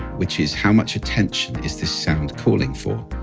which is how much attention is this sound calling for?